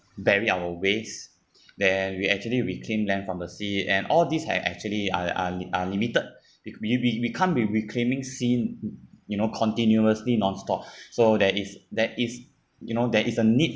bury our waste then we actually reclaim land from the sea and all these have actually are are are limited we we we can't be reclaiming sea you know continuously nonstop so there is that is you know there is a need